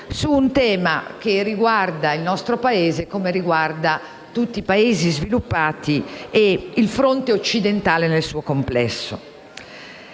su un tema che riguarda il nostro Paese come tutti i Paesi sviluppati e il fronte occidentale nel suo complesso.